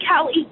Callie